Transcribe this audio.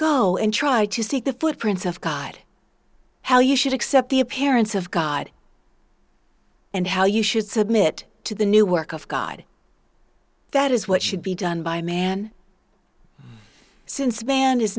go and try to see the footprints of god how you should accept the appearance of god and how you should submit to the new work of god that is what should be done by man since man is